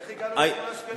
איך הגענו, שקלים?